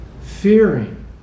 fearing